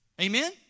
Amen